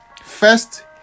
First